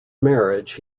marriage